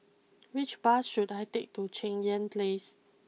which bus should I take to Cheng Yan place